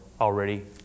already